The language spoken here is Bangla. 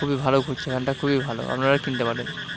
খুবই ভালো ঘুরছে ফ্যানটা খুবই ভালো আপনারাও কিনতে পারেন